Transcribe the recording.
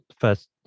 first